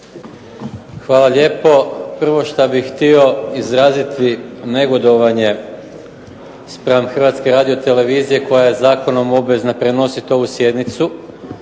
Hvala lijepo. Prvo šta bih htio izraziti negodovanje spram Hrvatske radiotelevizije koja je zakonom obvezna prenositi ovu sjednicu,